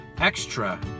extra